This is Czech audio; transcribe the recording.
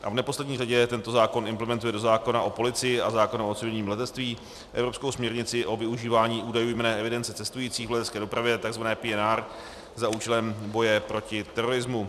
A v neposlední řadě tento zákon implementuje do zákona o policii a zákona o civilním letectví evropskou směrnici o využívání údajů jmenné evidence cestujících v letecké dopravě, takzvané PNR, za účelem boje proti terorismu.